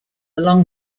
along